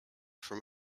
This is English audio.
from